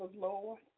Lord